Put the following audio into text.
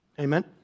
Amen